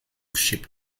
ship